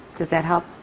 does that help?